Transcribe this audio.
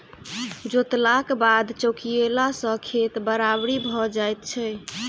जोतलाक बाद चौकियेला सॅ खेत बराबरि भ जाइत छै